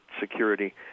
security